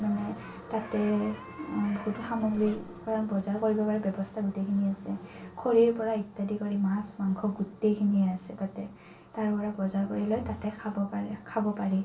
মানে তাতে বহুতো সামগ্ৰীৰ কাৰণ বজাৰ কৰিব পাৰে ব্যৱস্থা গোটেইখিনি আছে খৰিৰ পৰা ইত্যাদি কৰি মাছ মাংস গোটেইখিনিয়ে আছে তাতে তাৰপৰা বজাৰ কৰি লৈ তাতে খাব পাৰে খাব পাৰি